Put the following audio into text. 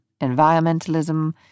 environmentalism